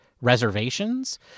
reservations